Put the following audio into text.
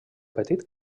petit